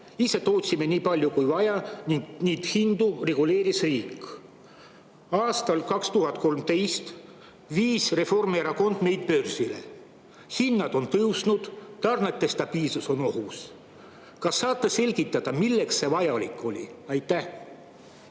Ise tootsime nii palju, kui vaja, ning hindu reguleeris riik. Aastal 2013 viis Reformierakond meid börsile. Hinnad on tõusnud, tarnete stabiilsus on ohus. Kas saate selgitada, milleks see vajalik oli? Aitäh,